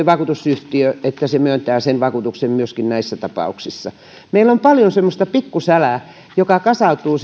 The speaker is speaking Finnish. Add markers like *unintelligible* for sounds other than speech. *unintelligible* vakuutusyhtiö myöntää sen vakuutuksen myöskin näissä tapauksissa meillä on paljon semmoista pikkusälää joka kasautuu *unintelligible*